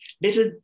little